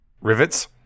rivets